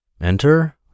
Enter